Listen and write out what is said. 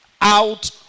out